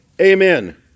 Amen